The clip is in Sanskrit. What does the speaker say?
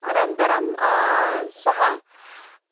अनन्तरं सः